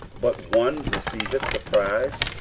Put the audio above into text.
but one receiveth the prize?